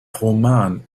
roman